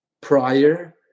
prior